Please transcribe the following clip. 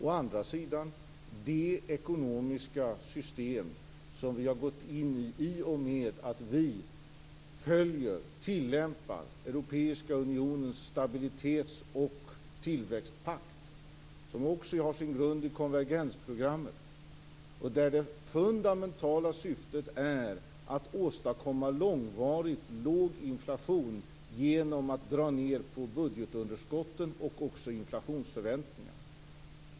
Det är också det ekonomiska system som vi har gått in i genom att vi följer och tillämpar Europeiska unionens stabilitets och tillväxtpakt, som också har sin grund i konvergensprogrammet. Där är det fundamentala syftet att åstadkomma långvarigt låg inflation genom att dra ned på budgetunderskotten och inflationsförväntningarna.